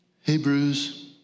Hebrews